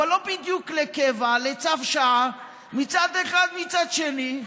אבל לא בדיוק לקבע, לצו שעה, מצד אחד, מצד שני.